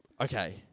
Okay